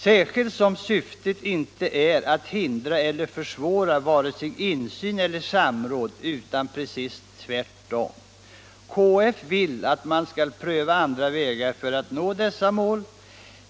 Särskilt som syftet inte är att hindra eller försvåra vare sig insyn eller samråd, utan precis tvärtom: KF vill att man skall pröva andra vägar för att nå dessa mål.